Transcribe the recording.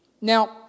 Now